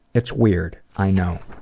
it's weird i know.